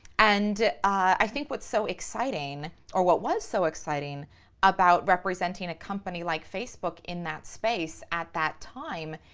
and i think what's so exciting, or what was so exciting about representing a company like facebook in that space at that time,